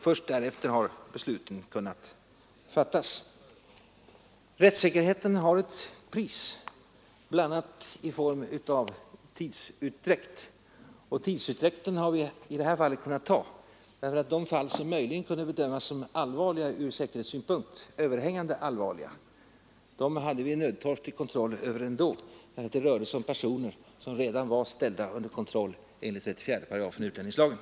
Först därefter har beslut kunnat fattas. Rättssäkerheten har ett pris, bl.a. i form av tidsutdräkt, och tidsutdräkten har vi i detta sammanhang kunnat ta, eftersom vi ändå hade nödtorftig kontroll över de fall som möjligen kunde bedömas som överhängande allvarliga ur rättssäkerhetssynpunkt; det rörde sig om personer som redan var ställda under kontroll enligt 34 § utlänningslagen.